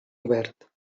obert